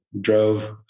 drove